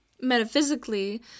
metaphysically